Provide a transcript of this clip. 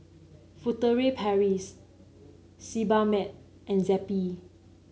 Furtere Paris Sebamed and Zappy